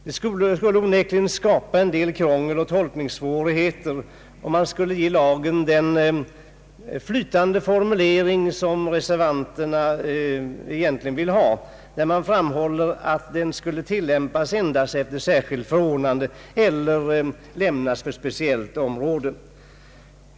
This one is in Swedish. Det skulle onekligen skapa en del krångel och tolkningssvårigheter, om man skulle ge lagen den flytande formulering som reservanterna egentligen vill ha. Reservanterna framhåller att den nya lagbestämmelsen skulle tillämpas endast efter särskilt förordnande eller gälla för specieilt område.